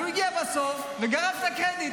והוא הגיע בסוף וגרף את הקרדיט,